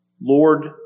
Lord